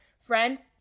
friend